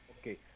okay